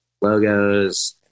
logos